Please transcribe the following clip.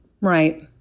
Right